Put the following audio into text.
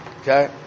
Okay